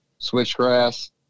switchgrass